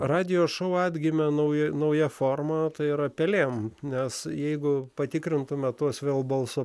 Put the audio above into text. radijo šou atgimė nauja nauja forma tai yra pelėm nes jeigu patikrintume tuos vėl balso